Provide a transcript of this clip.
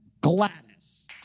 Gladys